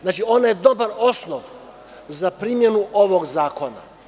Znači, ona je dobar osnov za primenu ovog zakona.